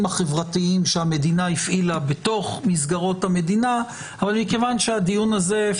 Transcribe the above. החברתיים שהמדינה הפעילה בתוך מסגרות המדינה אבל מכיוון שהדיון הזה,